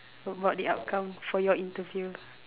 about the outcome for your interview